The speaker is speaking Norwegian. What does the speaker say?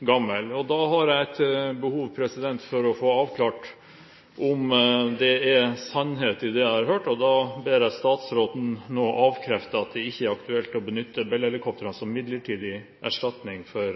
gammelt. Jeg har behov for å få avklart om det er sannhet i det jeg har hørt. Jeg ber statsråden nå avkrefte at det er aktuelt å benytte Bell-helikoptre som en midlertidig erstatning for